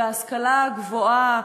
ובהשכלה הגבוהה.